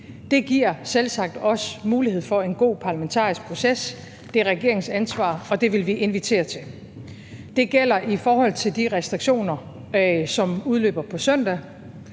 Det giver selvsagt også mulighed for en god parlamentarisk proces; det er regeringens ansvar, og det vil vi invitere til. Det gælder i forhold til de restriktioner, som udløber på søndag,